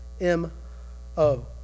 M-O